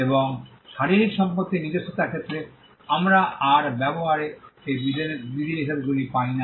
এবং শারীরিক সম্পত্তির নিজস্বতার ক্ষেত্রে আমরা আর ব্যবহারে এই বিধিনিষেধগুলি পাই না